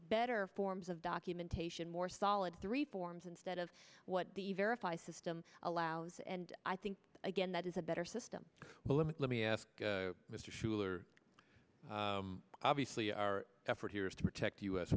better forms of documentation more solid three forms instead of what the verify system allows and i think again that is a better system well let me let me ask mr schuler obviously our effort here is to protect u